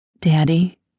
Daddy